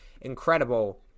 incredible